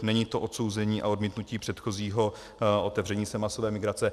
Není to odsouzení a odmítnutí předchozího otevření se masové migrace.